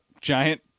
giant